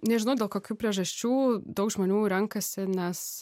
nežinau dėl kokių priežasčių daug žmonių renkasi nes